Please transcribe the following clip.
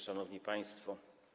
Szanowni Państwo!